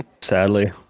Sadly